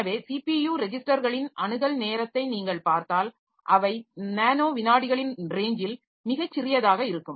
எனவே சிபியு ரெஜிஸ்டர்களின் அணுகல் நேரத்தை நீங்கள் பார்த்தால் அவை நானோ விநாடிகளின் ரேஞ்சில் மிகச் சிறியதாக இருக்கும்